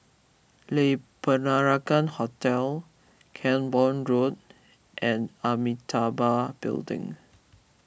Le Peranakan Hotel Camborne Road and Amitabha Building